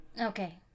Okay